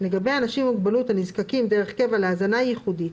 לגבי אנשים עם מוגבלות הנזקקים דרך קבע להזנה ייחודית,